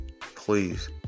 Please